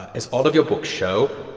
as all of your books show,